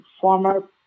former